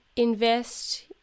invest